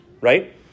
right